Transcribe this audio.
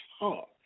talk